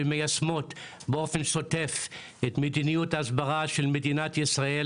ומיישמות באופן שוטף את מדיניות ההסברה של מדינת ישראל,